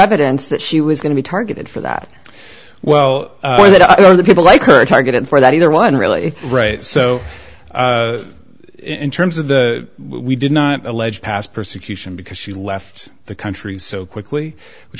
evidence that she was going to be targeted for that well there are people like her targeted for that either one right so in terms of the we did not alleged past persecution because she left the country so quickly which